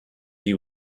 you